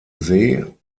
see